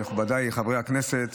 מכובדיי חברי הכנסת,